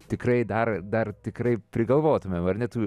tikrai dar dar tikrai prigalvotumėm ar ne tų